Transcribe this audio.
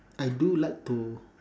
I do like to